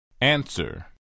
Answer